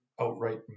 outright